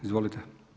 Izvolite.